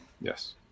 Yes